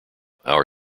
our